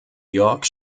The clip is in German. york